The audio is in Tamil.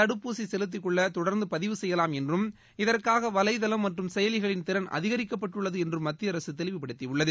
தடுப்பூசி செலுத்திக் கொள்ள தொடர்ந்து பதிவு செய்யலாம் என்றும் இதற்காக வலைதளம் மற்றும் செயலிகளின் திறன் அதிகரிக்கப்பட்டுள்ளது என்றும் மத்திய அரசு கூறியுள்ளது